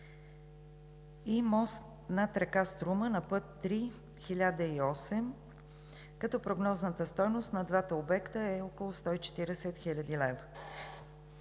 и мост над река Струма на път III-1008, като прогнозната стойност на двата обекта е около 140 хил. лв.